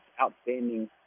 outstanding